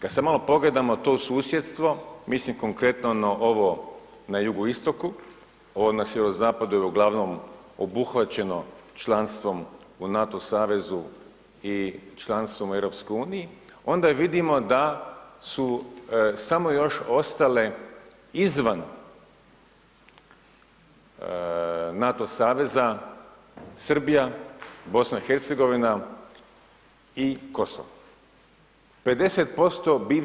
Kada sada malo pogledamo to susjedstvo, mislim konkretno na ovo jugoistoku, ovo na sjeverozapadu je uglavnom obuhvaćeno članstvom u NATO savezom i članstvom u EU, onda vidimo da su samo još ostale izvan NATO saveza Srbija, BIH i Kosovo.